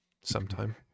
sometime